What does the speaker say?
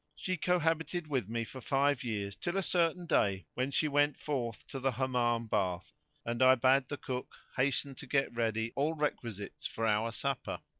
she cohabited with me for five years till a certain day when she went forth to the hammam bath and i bade the cook hasten to get ready all requisites for our supper.